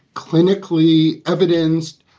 clinically evidenced.